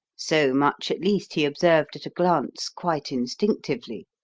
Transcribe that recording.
so much at least he observed at a glance quite instinctively.